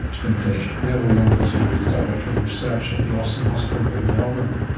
it's been a pleasure. neville yeomans who is director of research at the austin hospital in melbourne.